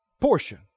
portion